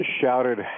shouted